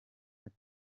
ati